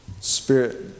Spirit